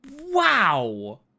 Wow